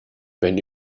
wenn